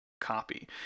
copy